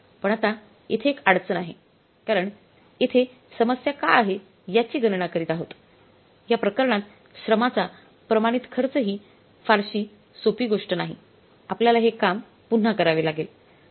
पण आता येथे एक अडचण आहे कारण येथे समस्या का आहे याची गणना करीत आहे या प्रकरणात श्रमाचा प्रमाणित खर्च ही फारशी सोपी गोष्ट नाही आपल्याला हे काम पुन्हा करावे लागेल